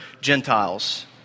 Gentiles